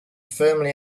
firmly